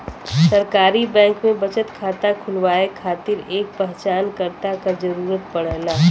सरकारी बैंक में बचत खाता खुलवाये खातिर एक पहचानकर्ता क जरुरत पड़ला